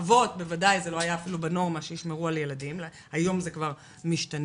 בוודאי שלא היה בנורמה שהאבות שומרים על הילדים והיום זה כבר משתנה